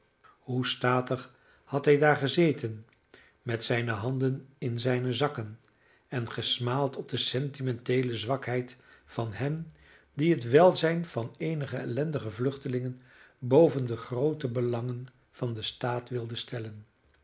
hoe statig had hij daar gezeten met zijne handen in zijne zakken en gesmaald op de sentimenteele zwakheid van hen die het welzijn van eenige ellendige vluchtelingen boven de groote belangen van den staat wilden stellen